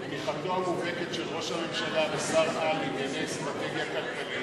בתמיכתו המובהקת של ראש הממשלה כשר-על לענייני אסטרטגיה כלכלית,